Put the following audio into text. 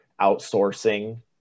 outsourcing